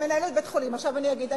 כמנהלת בית-חולים, עכשיו אני אגיד.